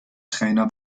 trainer